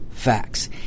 facts